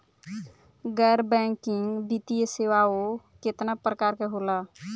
गैर बैंकिंग वित्तीय सेवाओं केतना प्रकार के होला?